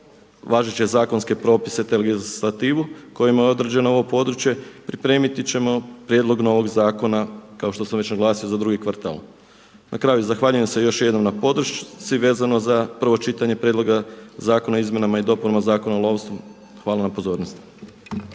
važeće zakonske propise te legislativu kojom je određeno ovo područje. Pripremiti ćemo prijedlog novog zakona kao što sam već naglasio za drugi kvartal. Na kraju zahvaljujem se još jednom na podršci vezano za prvo čitanje Prijedloga zakona o Izmjenama i dopunama Zakona o lovstvu. Hvala na pozornosti.